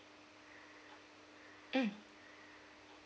mm